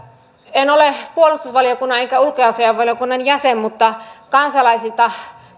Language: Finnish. en ole puolustusvaliokunnan enkä ulkoasiainvaliokunnan jäsen mutta kansalaisilta